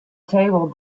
table